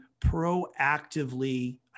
proactively